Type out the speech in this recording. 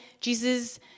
Jesus